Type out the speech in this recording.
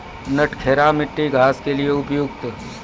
नटखेरा मिट्टी घास के लिए उपयुक्त?